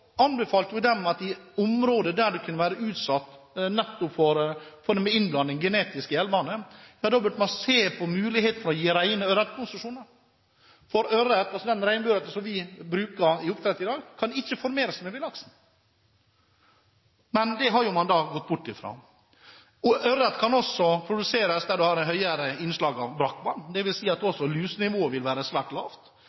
at i områder som kunne være utsatt for nettopp genetisk innblanding i elvene, burde man se på muligheten for å gi rene ørretkonsesjoner, for den regnbueørreten som vi bruker i oppdrett i dag, kan ikke formere seg med villlaksen. Men det har man da gått bort fra. Ørret kan også produseres der man har et høyere innslag av brakkvann, dvs. at